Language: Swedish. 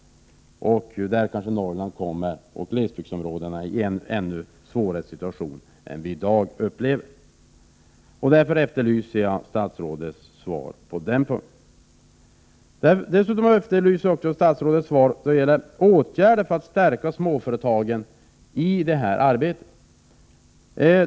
I så fall kanske Norrland och glesbygdsområdena kommer i en ännu svårare situation än den som i dag råder. Därför efterlyser jag statsrådets svar på den här punkten. Jag efterlyser också statsrådets svar beträffande åtgärder för att stärka småföretagen i det här arbetet.